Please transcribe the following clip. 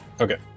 Okay